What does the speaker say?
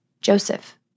Joseph